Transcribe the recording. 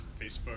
Facebook